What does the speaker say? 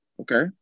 okay